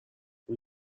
اون